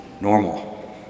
normal